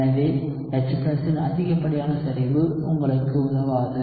எனவே H இன் அதிகப்படியான செறிவு உங்களுக்கு உதவாது